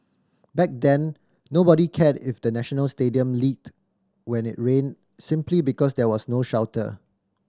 back then nobody cared if the National Stadium leaked when it rained simply because there was no shelter